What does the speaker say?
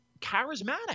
charismatic